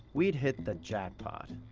we'd hit the jackpot.